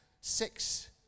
Six